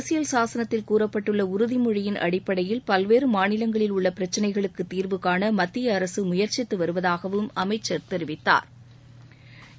அரசியல் சாசனத்தில் கூறப்பட்டுள்ள உறுதிமொழியின் அடிப்படையில் பல்வேறு மாநிலங்களில் உள்ள பிரச்சினைகளுக்குத் தீாவுகாண மத்திய அரசு முயற்சித்து வருவதாகவும் அமைச்சா் தெரிவித்தாா்